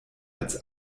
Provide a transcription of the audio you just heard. als